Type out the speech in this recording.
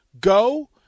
Go